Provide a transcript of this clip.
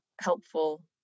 helpful